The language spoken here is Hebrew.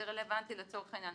זה רלבנטי לצורך העניין